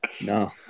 No